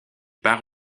part